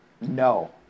No